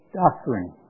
doctrine